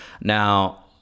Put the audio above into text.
now